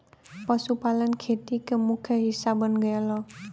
पशुपालन खेती के मुख्य हिस्सा बन गयल हौ